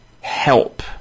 help